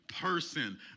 person